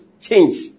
change